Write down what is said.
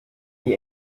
die